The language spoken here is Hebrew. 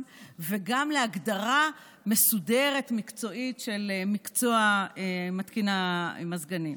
וגם להגדרה מסודרת ומקצועית של מקצוע מתקין המזגנים.